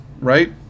right